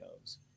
knows